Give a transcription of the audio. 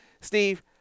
Steve